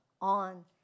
on